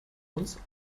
uns